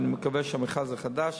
ואני מקווה שהמכרז החדש